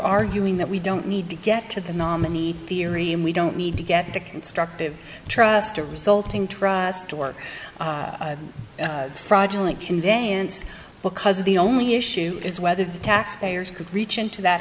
arguing that we don't need to get to the nominee theory and we don't need to get to constructive trust the resulting trust or fraudulent conveyance because the only issue is whether the taxpayers could reach into that